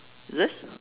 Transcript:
is it